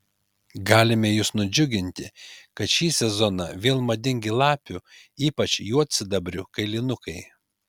galime jus nudžiuginti kad šį sezoną vėl madingi lapių ypač juodsidabrių kailinukai